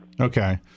Okay